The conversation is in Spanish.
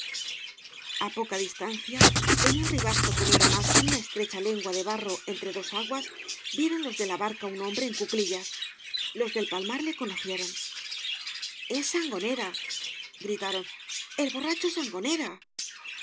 a poca distancia en un ribazo que no era mas que una estrecha lengua de barro entre dos aguas vieron los de la barca un hombre en cuclillas los del palmar le conocieron jes sangonera gritaron el iorracjio